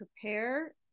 prepare